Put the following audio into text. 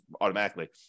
automatically